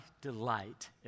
delight